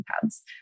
pads